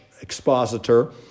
expositor